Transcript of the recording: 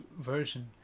version